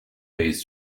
رییس